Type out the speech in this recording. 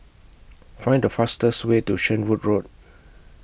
Find The fastest Way to Shenvood Road